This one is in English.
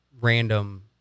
random